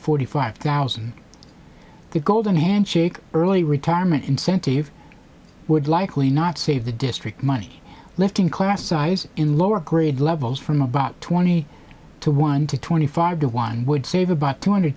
forty five thousand golden handshake early retirement incentive would likely not save the district money left in class size in lower grade levels from about twenty two one to twenty five to one would save about two hundred